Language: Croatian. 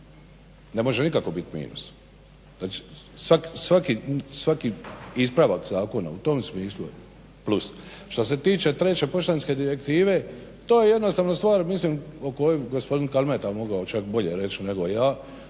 ne može nikako biti minus. Svaki ispravak zakona u tom smislu je plus. Što se tiče treće poštanske direktive to je jednostavno stvar mislim o kojoj bi gospodin Kalmeta mogao čak bolje reći nego ja,